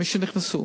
מי שנכנסו,